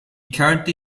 currently